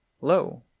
lo